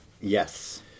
Yes